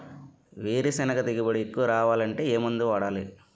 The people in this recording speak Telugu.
వేరుసెనగ దిగుబడి ఎక్కువ రావాలి అంటే ఏ మందు వాడాలి?